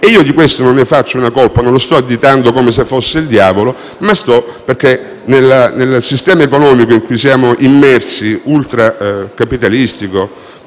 E io di questo non ne faccio una colpa. Non sto additando BlackRock come fosse il diavolo, perché nel sistema economico in cui siamo immersi, ultracapitalistico,